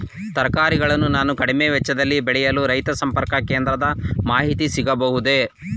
ತರಕಾರಿಗಳನ್ನು ನಾನು ಕಡಿಮೆ ವೆಚ್ಚದಲ್ಲಿ ಬೆಳೆಯಲು ರೈತ ಸಂಪರ್ಕ ಕೇಂದ್ರದ ಮಾಹಿತಿ ಸಿಗಬಹುದೇ?